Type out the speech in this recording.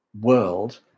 world